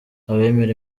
abemera